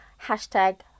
Hashtag